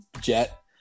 jet